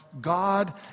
God